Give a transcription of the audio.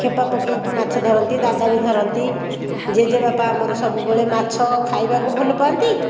ଖେପା ପକେଇକି ମାଛ ଧରନ୍ତି ଦାଦା ବି ଧରନ୍ତି ଜେଜେବାପା ଆମର ସବୁବେଳେ ମାଛ ଖାଇବାକୁ ଭଲ ପାଆନ୍ତି